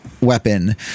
weapon